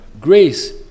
grace